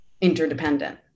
interdependent